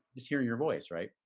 just hearing your voice. right?